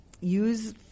use